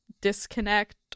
disconnect